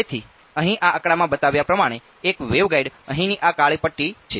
તેથી તે slab waveguide જેવું છે